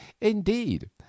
indeed